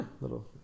Little